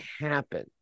happen